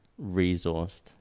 resourced